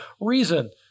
reason